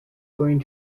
going